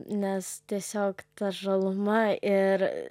nes tiesiog ta žaluma ir